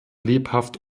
lebhaft